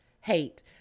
hate